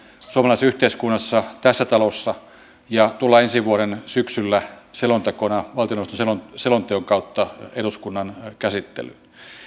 suomalaisessa yhteiskunnassa tässä talossa ja tuoda se ensi vuoden syksyllä selontekona valtioneuvoston selonteon selonteon kautta eduskunnan käsittelyyn